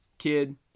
kid